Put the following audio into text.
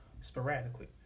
sporadically